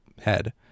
head